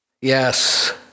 Yes